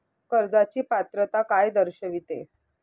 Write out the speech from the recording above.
कर्जाची पात्रता काय दर्शविते?